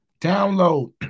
download